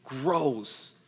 grows